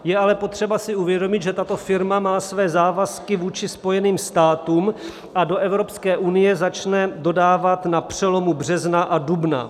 Je ale potřeba si uvědomit, že tato firma má své závazky vůči Spojeným státům a do Evropské unie začne dodávat na přelomu března a dubna.